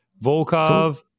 Volkov